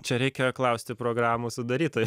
čia reikia klausti programų sudarytojų